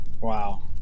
wow